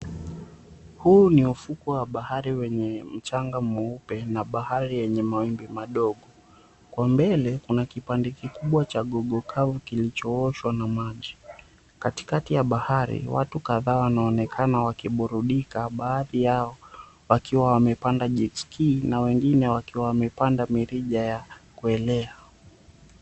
Huu ni ufukwe wa bahari wenye mchanga mweupe na bahari yenye mawimbi madogo. Kwa mbele kuna kipande kikubwa cha gogo kavu kilichooshwa na maji. Katikati ya bahari, watu kadhaa wanaonekana wakiburudika, baadhi yao wakiwa wamepanda jetski na wengine wakiwa wamepanda mirija ya kuelea.